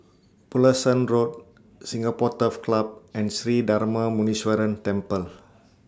Pulasan Road Singapore Turf Club and Sri Darma Muneeswaran Temple